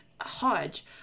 Hodge